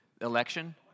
Election